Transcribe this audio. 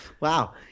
wow